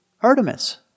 Artemis